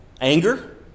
anger